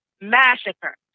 Massacre